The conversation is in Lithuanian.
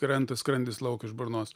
krenta skrandis lauk iš burnos